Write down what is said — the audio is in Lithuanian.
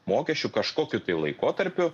mokesčių kažkokiu tai laikotarpiu